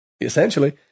essentially